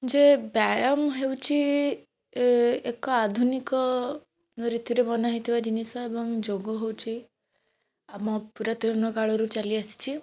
ଯେ ବ୍ୟାୟାମ ହେଉଛି ଏକ ଆଧୁନିକ ରୀତିରେ ବନା ହେଇଥିବା ଜିନିଷ ଏବଂ ଯୋଗ ହେଉଛି ଆମ ପୁରାତନ କାଳରୁ ଚାଲିଆସିଛି